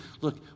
look